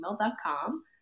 gmail.com